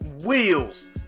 wheels